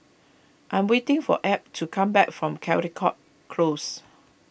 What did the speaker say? I am waiting for Abb to come back from Caldecott Close